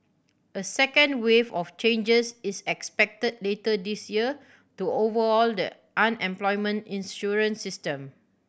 a second wave of changes is expected later this year to overhaul the unemployment insurance system